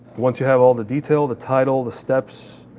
once you have all the detail, the title, the steps,